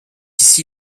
ici